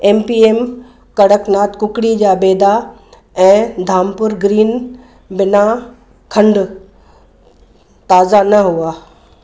M P M Kadaknath कुकुड़ी जा बेदा ऐं धामपुर ग्रीन बिना खंडु ताज़ा न हुआ